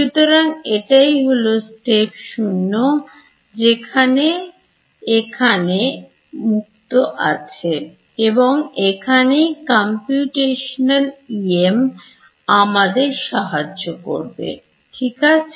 সুতরাং এটাই হলো step 0 যেটা এখানে যুক্ত করা হয়েছে এবং এখানেই Computational EM আমাদের সাহায্য করে ঠিক আছে